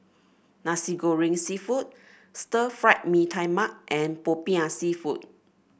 Nasi Goreng seafood Stir Fried Mee Tai Mak and popiah seafood